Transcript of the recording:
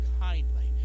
kindly